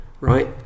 right